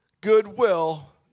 goodwill